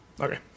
Okay